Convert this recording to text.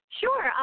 Sure